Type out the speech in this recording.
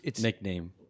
nickname